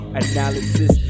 analysis